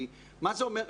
כי מה זה אומר?